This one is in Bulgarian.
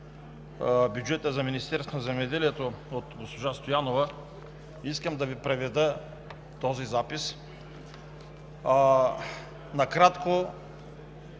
бюджета за Министерството на земеделието от госпожа Стоянова искам да Ви преведа този запис. Накратко,